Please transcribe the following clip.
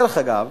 דרך אגב,